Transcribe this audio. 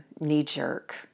knee-jerk